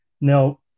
Now